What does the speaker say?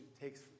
takes